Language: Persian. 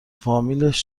فامیلش